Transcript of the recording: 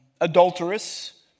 adulterous